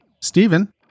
Stephen